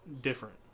different